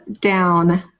down